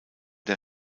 der